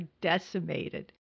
decimated